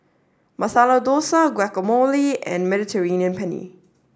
Masala Dosa Guacamole and Mediterranean Penne